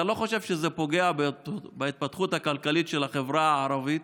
אתה לא חושב שזה פוגע בהתפתחות הכלכלית של החברה הערבית?